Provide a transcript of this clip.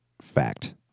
Fact